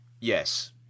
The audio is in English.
Yes